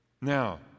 Now